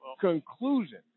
conclusion